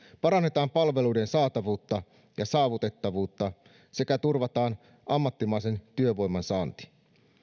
parannetaan palveluiden saatavuutta ja saavutettavuutta sekä turvataan ammattimaisen työvoiman saanti